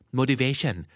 motivation